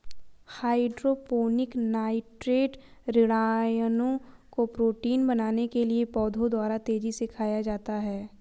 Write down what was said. hydroponic nitrate ऋणायनों को protein बनाने के लिए पौधों द्वारा तेजी से खाया जाता है